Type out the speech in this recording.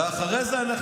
ואחרי זה אנחנו